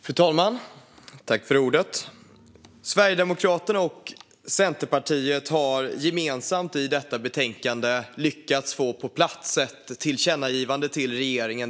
Fru talman! Sverigedemokraterna och Centerpartiet har gemensamt i detta betänkande lyckats få på plats ett tillkännagivande till regeringen.